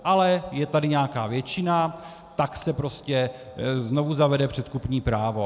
Ale je tady nějaká většina, tak se prostě znovu zavede předkupní právo.